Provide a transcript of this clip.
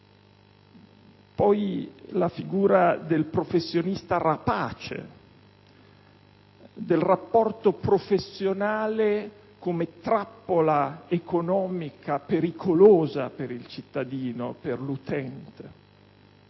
c'è la figura del professionista rapace, del rapporto professionale come trappola economica pericolosa per il cittadino e per l'utente.